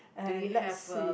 do you have a